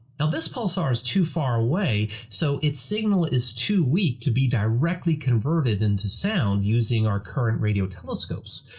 now this pulsar is too far away so it's signal is too weak to be directly converted into sound using our current radio telescopes.